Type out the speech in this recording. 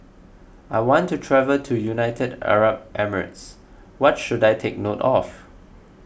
I want to travel to United Arab Emirates what should I take note of